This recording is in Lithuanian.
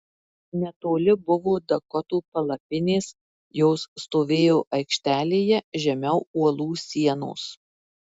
netoli buvo dakotų palapinės jos stovėjo aikštelėje žemiau uolų sienos